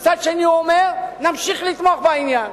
ומצד שני הוא אומר: נמשיך לתמוך בעניין.